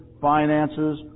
finances